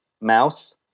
Mouse